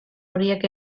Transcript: horiek